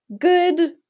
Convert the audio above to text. good